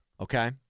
okay